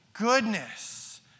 Goodness